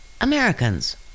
Americans